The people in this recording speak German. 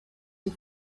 die